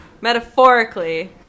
Metaphorically